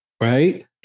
Right